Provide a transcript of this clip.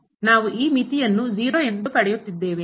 ನಾವು ಈ ಮಿತಿಯನ್ನು ಎಂದು ಪಡೆಯುತ್ತಿದ್ದೇವೆ